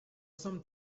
some